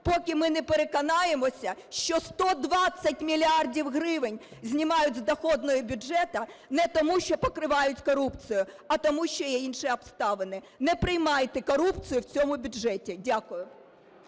поки ми не переконаємося, що 120 мільярдів гривень знімають з доходної бюджету не тому що покривають корупцію, а тому що є інші обставини. Не приймайте корупцію в цьому бюджеті. Дякую.